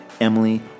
Emily